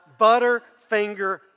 butterfinger